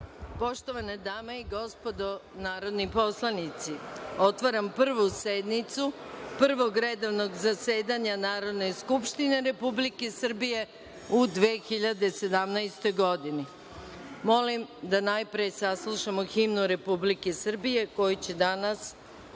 Poštovane dame i gospodo narodni poslanici, otvaram Prvu sednicu Prvog redovnog zasedanja Narodne skupštine Republike Srbije u 2017. godini. Molim da najpre saslušamo himnu Republike Srbije, koju će danas